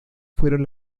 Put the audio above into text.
fueron